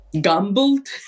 gambled